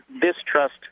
distrust